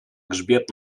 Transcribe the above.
grzbiet